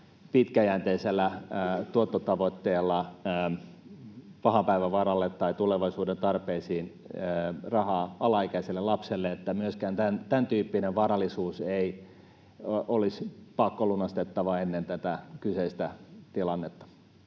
pitkäjänteisellä tuottotavoitteella, pahan päivän varalle tai tulevaisuuden tarpeisiin rahaa alaikäiselle lapselle, että myöskään tämäntyyppinen varallisuus ei olisi pakkolunastettava ennen tätä kyseistä tilannetta.